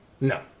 No